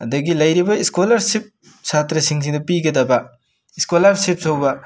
ꯑꯗꯒꯤ ꯂꯩꯔꯤꯕ ꯏꯁꯀꯣꯂꯔꯁꯤꯞ ꯁꯥꯇ꯭ꯔꯁꯤꯡꯁꯤꯗ ꯄꯤꯒꯗꯕ ꯏꯁꯀꯣꯂꯥꯔꯁꯤꯞꯁꯨꯕ